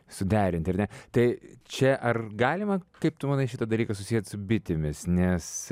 suderint ar ne tai čia ar galima kaip tu manai šitą dalyką susiet su bitėmis nes